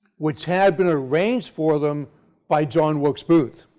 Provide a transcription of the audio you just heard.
which had been arranged for them by john wilkes booth.